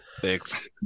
Thanks